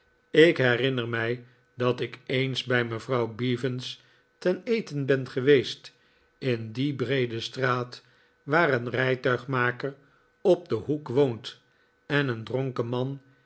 ik herinner mij dat ik eens bij mevrouw bevans ten eten ben geweest in die breede straat waar een rijtuigmaker op den hoek woont en een dronken man